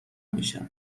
میشه